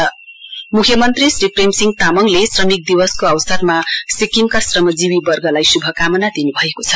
मे Day greetings मुख्यमन्त्री श्री प्रेमसिंह तामाङले श्रमिक दिवसको अवसरमा सिक्किमका श्रमजीवी वर्गलाई श्भकामना दिन्भएको छ